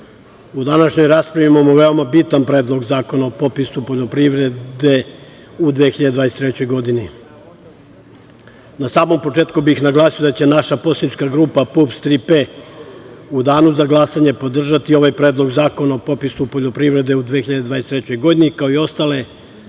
u današnjoj raspravi imamo veoma bitan Predlog zakona o popisu poljoprivrede u 2023. godini. Na samom početku bih naglasio da će naša poslanička grupa PUPS – Tri P u danu za glasanje podržati ovaj Predlog zakona o popisu poljoprivrede u 2023. godini, kao i ostale